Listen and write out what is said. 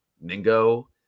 Mingo